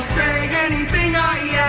say anything i